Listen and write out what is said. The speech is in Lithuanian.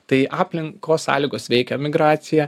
tai aplinkos sąlygos veikia migraciją